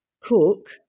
cook